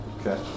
Okay